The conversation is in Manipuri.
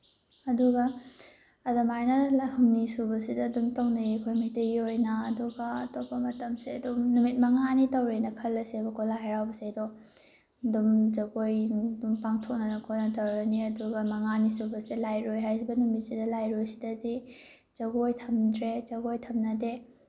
ꯑꯗꯨꯒ ꯑꯗꯨꯃꯥꯏꯅ ꯍꯨꯝꯅꯤ ꯁꯨꯕꯁꯤꯗ ꯑꯗꯨꯝ ꯇꯧꯅꯩ ꯑꯩꯈꯣꯏ ꯃꯩꯇꯩꯒꯤ ꯑꯣꯏꯅ ꯑꯗꯨꯒ ꯑꯇꯣꯞꯄ ꯃꯇꯝꯁꯦ ꯑꯗꯨꯝ ꯅꯨꯃꯤꯠ ꯃꯉꯥꯅꯤ ꯇꯧꯔꯦꯅ ꯈꯜꯂꯁꯦꯕꯀꯣ ꯂꯥꯏ ꯍꯔꯥꯎꯕꯁꯦ ꯑꯗꯣ ꯑꯗꯨꯝ ꯖꯒꯣꯏ ꯅꯨꯡ ꯑꯗꯨꯝ ꯄꯥꯡꯊꯣꯛꯅꯗ ꯈꯣꯠꯇꯅ ꯇꯧꯔꯅꯤ ꯑꯗꯨꯒ ꯃꯉꯥꯅꯤ ꯁꯨꯕꯁꯦ ꯂꯥꯏꯔꯣꯏ ꯍꯥꯏꯕ ꯅꯨꯃꯤꯠꯁꯤꯗ ꯂꯥꯏꯔꯣꯏꯁꯤꯗꯗꯤ ꯖꯒꯣꯏ ꯊꯝꯗ꯭ꯔꯦ ꯖꯒꯣꯏ ꯊꯝꯅꯗꯦ